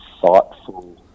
Thoughtful